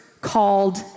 called